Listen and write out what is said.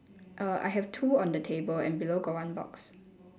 err I have two on the table and below got one box